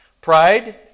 Pride